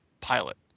pilot